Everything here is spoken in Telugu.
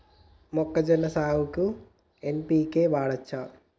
మొక్కజొన్న సాగుకు ఎన్.పి.కే వాడచ్చా?